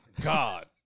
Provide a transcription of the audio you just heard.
God